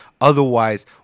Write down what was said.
Otherwise